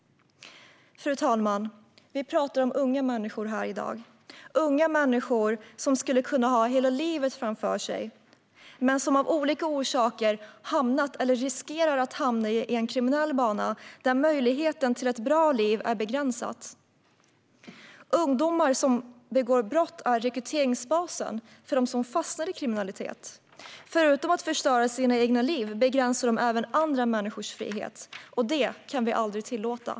Fru talman! Vi talar om unga människor här i dag - unga människor som skulle kunna ha hela livet framför sig men som av olika orsaker hamnat eller riskerar att hamna på en kriminell bana där möjligheten till ett bra liv är begränsad. Ungdomar som begår brott är rekryteringsbasen för dem som fastnat i kriminalitet. Förutom att förstöra sina egna liv begränsar de andra människors frihet. Det kan vi aldrig tillåta.